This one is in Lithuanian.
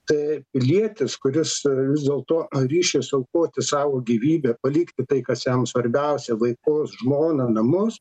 tai pilietis kuris vis dėlto a ryšis aukoti savo gyvybę palikti tai kas jam svarbiausia vaikus žmoną namus